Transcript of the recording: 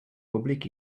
públic